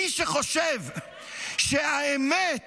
מי שחושב שהאמת